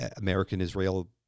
American-Israel